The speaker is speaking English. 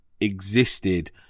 existed